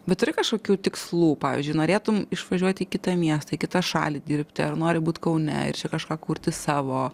bet turi kažkokių tikslų pavyzdžiui norėtum išvažiuoti į kitą miestą į kitą šalį dirbti ar nori būt kaune ir čia kažką kurti savo